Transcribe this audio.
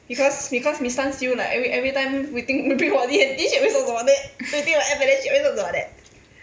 because because miss tan still like every everytime we think we then she always talks about it then we think about F&N she always talks about that